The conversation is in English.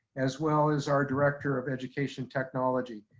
as well as our director of education technology.